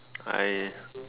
I